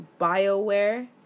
BioWare